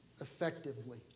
Effectively